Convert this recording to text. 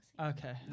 okay